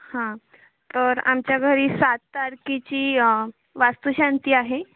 हां तर आमच्या घरी सात तारखेची वास्तुशांती आहे